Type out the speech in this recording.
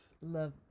Love